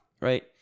right